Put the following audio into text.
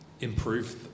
improve